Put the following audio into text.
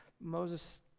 Moses